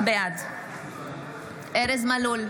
בעד ארז מלול,